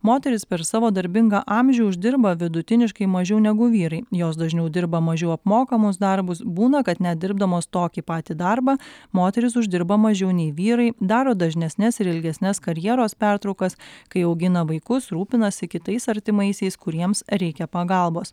moteris per savo darbingą amžių uždirba vidutiniškai mažiau negu vyrai jos dažniau dirba mažiau apmokamus darbus būna kad net dirbdamos tokį patį darbą moterys uždirba mažiau nei vyrai daro dažnesnes ir ilgesnes karjeros pertraukas kai augina vaikus rūpinasi kitais artimaisiais kuriems reikia pagalbos